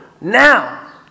now